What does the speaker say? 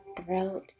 Throat